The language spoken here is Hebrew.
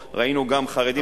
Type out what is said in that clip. וראינו גם חרדים,